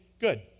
Good